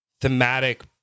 thematic